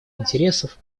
интересов